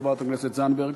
חברת הכנסת זנדברג.